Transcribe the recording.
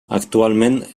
actualment